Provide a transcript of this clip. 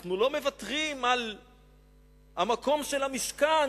אנחנו לא מוותרים על המקום של המשכן,